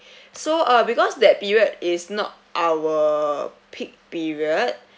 so uh because that period is not our peak period